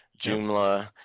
Joomla